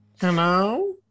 Hello